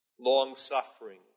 long-suffering